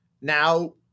now